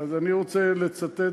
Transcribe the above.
אז אני רוצה לצטט,